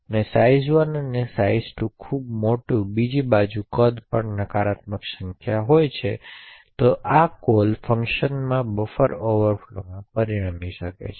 size1 તેમજ size2 ખૂબ મોટી બીજી બાજુ કદ પણ નકારાત્મક સંખ્યા હોઈ શકે છે તેથી આ કોલ ફંકશનમાં બફર ઓવરફ્લોમાં પરિણમી શકે છે